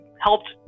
helped